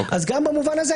גם במובן הזה,